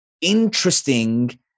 interesting